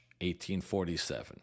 1847